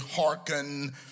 hearken